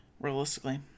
realistically